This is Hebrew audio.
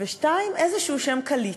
2. איזשהו שם קליט,